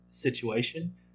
situation